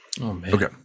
Okay